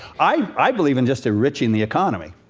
i i believe in just enriching the economy.